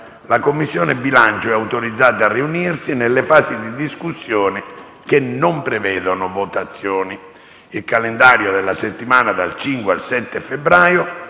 La Commissione bilancio è autorizzata a riunirsi nelle fasi di discussione che non prevedano votazioni. Il calendario della settimana dal 5 al 7 febbraio